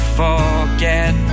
forget